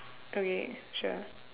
okay sure